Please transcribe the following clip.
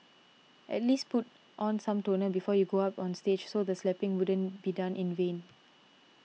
at least put on some toner before you go up on stage so the slapping wouldn't be done in vain